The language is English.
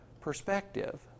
perspective